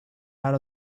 out